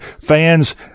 fans